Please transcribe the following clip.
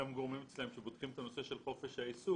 אותם גורמים אצלם שבודקים את הנושא של חופש העיסוק,